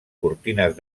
cortines